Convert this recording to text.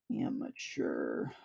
amateur